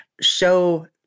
show